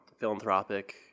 philanthropic